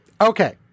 Okay